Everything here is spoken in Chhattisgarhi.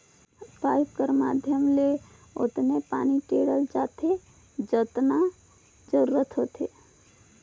पाइप के माधियम ले ओतनी पानी टेंड़े जाथे जतना जरूरत होथे